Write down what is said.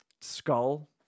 skull